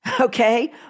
okay